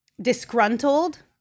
disgruntled